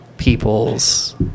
people's